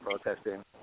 protesting